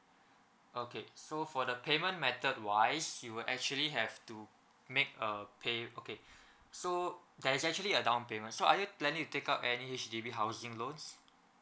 okay so for the payment method wise you will actually have to make uh pay okay so there's actually a down payment so are you planing to take up any H_D_B housing loans